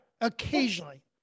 Occasionally